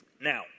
Now